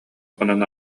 хонон